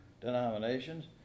denominations